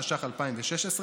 התשע"ו 2016,